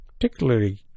particularly